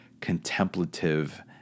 contemplative